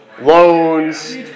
loans